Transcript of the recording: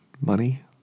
money